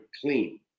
clean